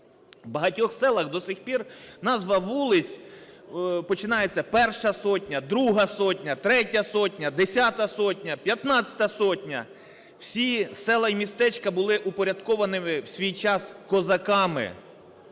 В багатьох селах до сих пір назва вулиць починається: Перша сотня, Друга сотня, Третя сотня, Десята сотня, П'ятнадцята сотня. Всі села і містечка були упорядкованими в свій час козаками.